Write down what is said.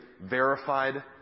verified